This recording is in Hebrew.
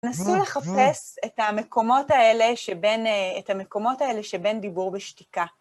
נסו לחפש את המקומות האלה שבין דיבור בשתיקה.